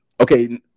okay